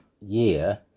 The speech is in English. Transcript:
year